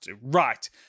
Right